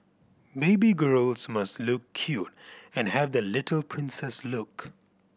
baby girls must look cute and have that little princess look